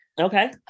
Okay